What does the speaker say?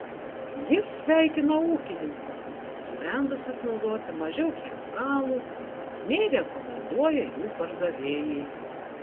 jis sveikina ūkininkus nusprendusius naudoti mažiau chemikalų nei rekomenduoja jų pardavėjai